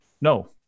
no